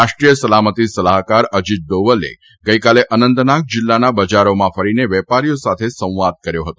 રાષ્ટ્રીય સલામતી સલાહકાર અજીત દોવલે ગઇકાલે અનંતનાગ જિલ્લાના બજારોમાં જઇને વેપારીઓ સાથે સંવાદ કર્યો હતો